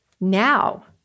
Now